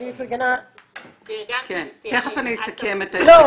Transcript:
אז אם היא פרגנה --- תיכף אני אסכם את הדברים.